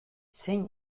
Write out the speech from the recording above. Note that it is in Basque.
zein